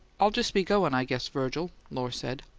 i'll just be goin', i guess, virgil, lohr said.